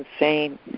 insane